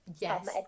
Yes